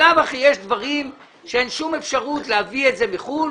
ממילא יש דברים שאין שום אפשרות להביא את זה מחוץ לארץ,